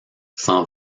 s’en